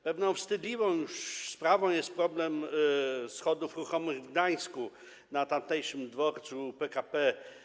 Pewną wstydliwą już sprawą jest problem schodów ruchomych w Gdańsku na tamtejszym dworcu PKP.